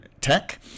tech